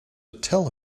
tell